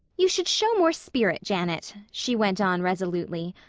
you should show more spirit, janet, she went on resolutely.